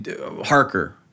Harker